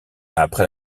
après